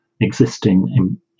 existing